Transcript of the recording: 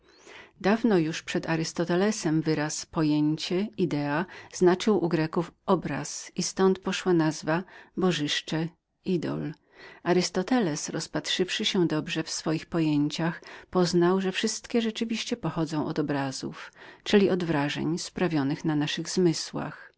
dawno już przed arystotelesem wyraz pojęcie idea znaczył u greków obraz i ztąd pozłoposzło nazwanie bożyszcze idola arystoteles rozpatrzywszy się dobrze w tych pojęciach poznał że wszystkie rzeczywiście pochodziły od obrazu czyli od wrażenia sprawionego na naszych zmysłach